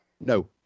No